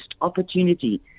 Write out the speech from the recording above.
opportunity